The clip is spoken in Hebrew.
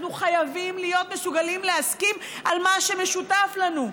אנחנו חייבים להיות מסוגלים להסכים על מה שמשותף לנו.